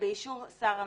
באישור שר המשפטים.